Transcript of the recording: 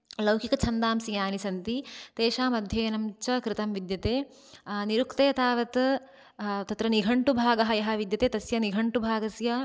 लौकिकच्छन्दांसि यानि सन्ति तेषां अध्ययनं च कृतं विद्यते निरुक्ते तावत् तत्र निघण्टुभागः यः विद्यते तस्य निघण्टुभागस्य